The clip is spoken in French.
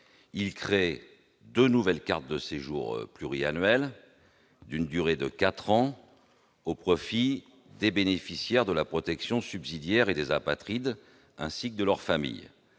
Il créait deux nouvelles cartes de séjour pluriannuelles, d'une durée de quatre ans, au profit des bénéficiaires de la protection subsidiaire et des apatrides, ainsi que de leurs familles.